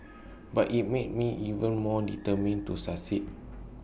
but IT made me even more determined to succeed